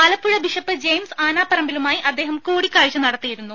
Alappuzha bishop James ആനാപ്പറമ്പിലുമായി അദ്ദേഹം കൂടിക്കാഴ്ച നടത്തിയിരുന്നു